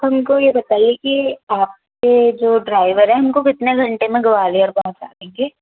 हमको ये बताइए कि आपके जो ड्राइवर हैं हमको कितने घंटे में ग्वालियर पहुँचा देंगे